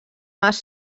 mas